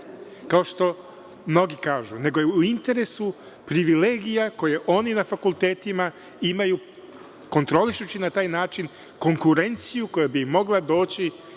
kao što mnogi kažu, nego je u interesu privilegija koje oni na fakultetima imaju kontrolišući na taj način konkurenciju koja bi mogla doći